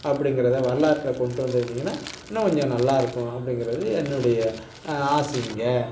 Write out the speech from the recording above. அப்படிங்கறத வரலாற்றில் கொண்டு வந்துருந்தீங்கன்னால் இன்னும் கொஞ்சம் நல்லா இருக்கும் அப்படிங்கறது என்னுடைய ஆசைங்க